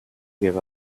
give